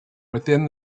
within